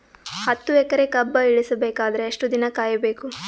ಹತ್ತು ಎಕರೆ ಕಬ್ಬ ಇಳಿಸ ಬೇಕಾದರ ಎಷ್ಟು ದಿನ ಕಾಯಿ ಬೇಕು?